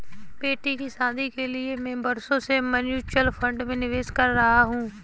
बेटी की शादी के लिए मैं बरसों से म्यूचुअल फंड में निवेश कर रहा हूं